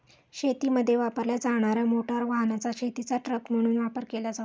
शेतीमध्ये वापरल्या जाणार्या मोटार वाहनाचा शेतीचा ट्रक म्हणून वापर केला जातो